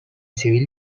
civil